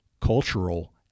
cultural